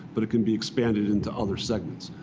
but it can be expanded into other segments.